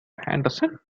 henderson